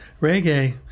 reggae